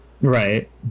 right